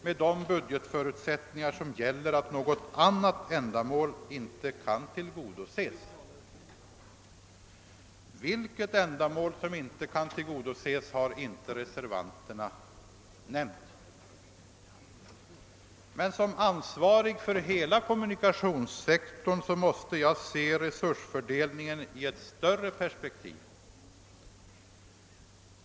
Med de budgetförutsättningar som gäller innebär en sådan åtgärd att något annat ändamål måste åsidosättas. Vilket ändamål som inte skall tillgodoses har reservanterna inte nämnt. Men som ansvarig för hela kommunikationssektorn måste jag se resursfördelningen i ett större perspektiv.